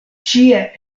ĉie